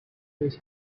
his